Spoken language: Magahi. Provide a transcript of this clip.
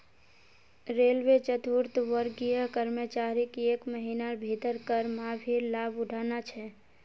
रेलवे चतुर्थवर्गीय कर्मचारीक एक महिनार भीतर कर माफीर लाभ उठाना छ